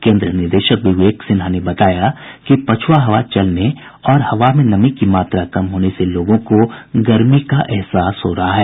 केन्द्र निदेशक विवेक सिन्हा ने बताया कि पछुआ हवा चलने और हवा में नमी की मात्रा कम होने से लोगों को गर्मी का अहसास हो रहा है